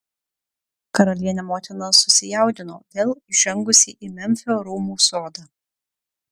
karalienė motina susijaudino vėl įžengusi į memfio rūmų sodą